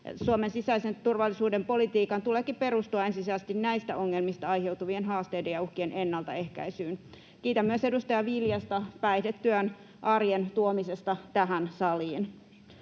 Suomen sisäisen turvallisuuden politiikan tuleekin perustua ensisijaisesti näistä ongelmista aiheutuvien haasteiden ja uhkien ennalta ehkäisyyn. Kiitän myös edustaja Viljasta päihdetyön arjen tuomisesta tähän saliin.